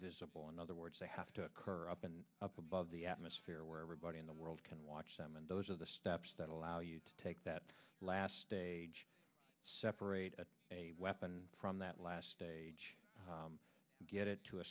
visible in other words they have to occur up and up above the atmosphere where everybody in the world can watch them and those are the steps that allow you to take that last stage separated a weapon from that last stage get it to a